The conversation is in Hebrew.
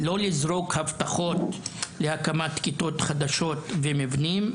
לא לזרוק הבטחות להקמת כיתות חדשות ומבנים,